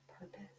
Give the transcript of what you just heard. purpose